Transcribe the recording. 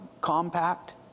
Compact